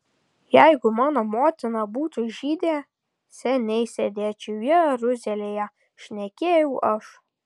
jeigu mano motina būtų žydė seniai sėdėčiau jeruzalėje šnekėjau aš